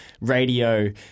radio